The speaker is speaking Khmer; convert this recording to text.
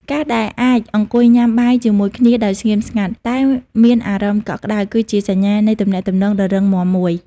ការដែលអាចអង្គុយញ៉ាំបាយជាមួយគ្នាដោយស្ងៀមស្ងាត់ តែមានអារម្មណ៍កក់ក្ដៅ គឺជាសញ្ញានៃទំនាក់ទំនងដ៏រឹងមាំមួយ។